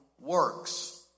works